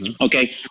Okay